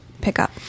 pickup